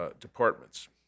departments